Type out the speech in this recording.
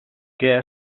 què